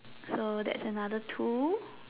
so that's another two